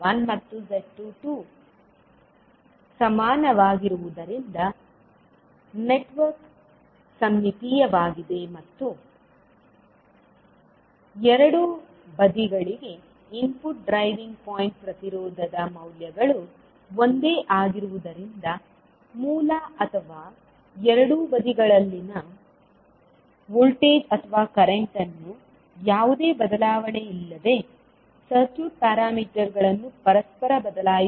z11 ಮತ್ತು z22 ಸಮಾನವಾಗಿರುವುದರಿಂದ network ಸಮ್ಮಿತೀಯವಾಗಿದೆ ಮತ್ತು ಎರಡೂ ಬದಿಗಳಿಗೆ ಇನ್ಪುಟ್ ಡ್ರೈವಿಂಗ್ ಪಾಯಿಂಟ್ ಪ್ರತಿರೋಧದ ಮೌಲ್ಯಗಳು ಒಂದೇ ಆಗಿರುವುದರಿಂದ ಮೂಲ ಅಥವಾ ಎರಡೂ ಬದಿಗಳಲ್ಲಿನ ವೋಲ್ಟೇಜ್ ಅಥವಾ ಕರೆಂಟ್ ಅನ್ನು ಯಾವುದೇ ಬದಲಾವಣೆಯಿಲ್ಲದೆ ಸರ್ಕ್ಯೂಟ್ ಪ್ಯಾರಾಮೀಟರ್ಗಳನ್ನು ಪರಸ್ಪರ ಬದಲಾಯಿಸಬಹುದು ಎಂದು ನೀವು ಹೇಳುತ್ತೀರಿ